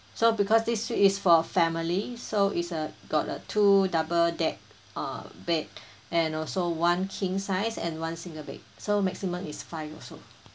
so because this suite is for family so is uh got a two double deck uh bed and also one king size and one single bed so maximum is five also